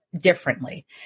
differently